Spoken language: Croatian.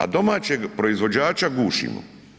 A domaćeg proizvođača gušimo.